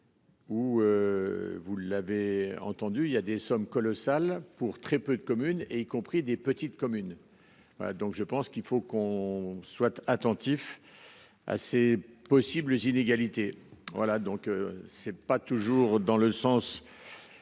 Ou. Vous l'avez entendu il y a des sommes colossales pour très peu de communes et y compris des petites communes. Voilà donc je pense qu'il faut qu'on soit attentif. Ah c'est possible. Inégalités. Voilà donc c'est pas toujours dans le sens.